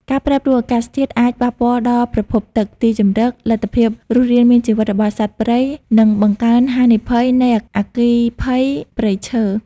ការប្រែប្រួលអាកាសធាតុអាចប៉ះពាល់ដល់ប្រភពទឹក ទីជម្រក លទ្ធភាពរស់រានមានជីវិតរបស់សត្វព្រៃ និងបង្កើនហានិភ័យនៃអគ្គីភ័យព្រៃឈើ។